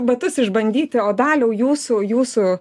batus išbandyti o daliau jūsų jūsų